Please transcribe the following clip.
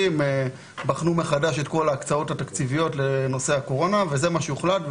בחנו מחדש את כל ההקצאות התקציביות לנושא הקורונה וזה מה שהוחלט,